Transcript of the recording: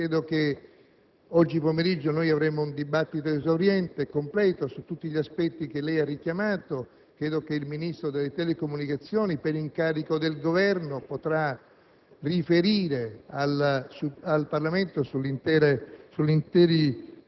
necessità che venga personalmente il Presidente a riferire. Credo che oggi pomeriggio si svolgerà un dibattito esauriente su tutti gli aspetti che lei ha richiamato e che il Ministro delle comunicazioni, per incarico del Governo, potrà